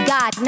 God